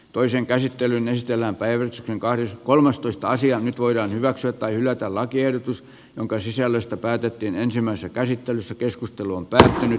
toisen käsittelyn estämään päivän sateenkaaren kolmastoista nyt voidaan hyväksyä tai hylätä lakiehdotus jonka sisällöstä päätettiin ensimmäisessä käsittelyssä keskustelun päähine